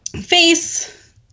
Face